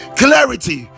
clarity